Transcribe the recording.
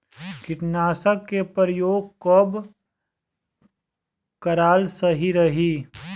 कीटनाशक के प्रयोग कब कराल सही रही?